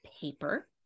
paper